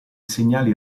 segnali